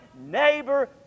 neighbor